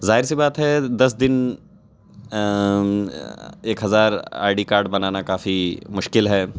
ظاہر سی بات ہے دس دن ایک ہزار آئی ڈی کارڈ بنانا کافی مشکل ہے